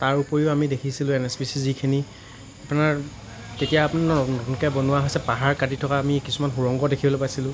তাৰ উপৰিও আমি দেখিছিলোঁ এন এছ পি চি ৰ যিখিনি আপোনাৰ তেতিয়া আপোনাৰ নতুনকৈ বনোৱা হৈছে পাহাৰ কাটি থকা আমি কিছুমান সুৰংগ দেখিবলৈ পাইছিলোঁ